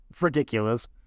ridiculous